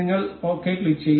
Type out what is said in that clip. നിങ്ങൾ ശരി ക്ലിക്കുചെയ്യും